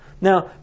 Now